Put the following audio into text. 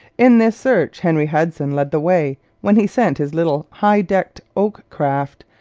in this search henry hudson led the way when he sent his little high-decked oak craft,